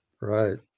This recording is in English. right